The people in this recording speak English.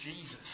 Jesus